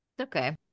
okay